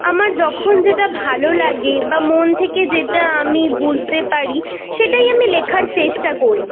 আমার যখন যেটা ভালো লাগে বা মন থেকে যেটা আমি বুঝতে পারি সেটাই আমি লেখার চেষ্টা করি